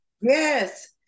yes